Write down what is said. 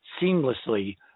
seamlessly